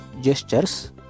gestures